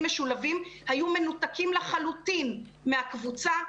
משולבים היו מנותקים לחלוטין מהקבוצה.